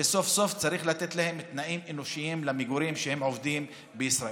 וסוף-סוף צריך לתת להם תנאים אנושיים במגורים כשהם עובדים בישראל.